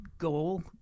goal